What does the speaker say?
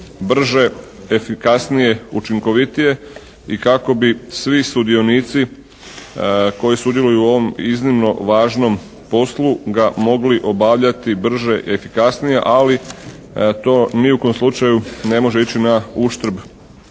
brže, efikasnije, učinkovitije i kako bi svi sudionici koji sudjeluju u ovom iznimno važnom poslu ga mogli obavljati brže i efikasnije ali to ni u kom slučaju ne može ići na uštrb